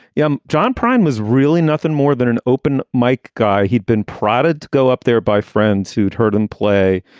yeah. um john prine was really nothing more than an open mike guy. he'd been prodded to go up there by friends who'd heard him play.